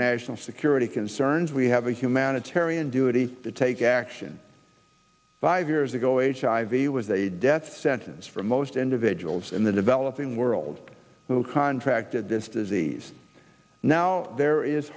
national security concerns we have a humanitarian duty to take action five years ago h i v was a death sentence for most individuals in the developing world who contracted this disease now there is